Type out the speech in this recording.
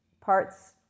parts